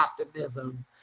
optimism